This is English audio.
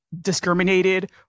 discriminated